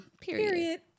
period